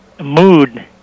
mood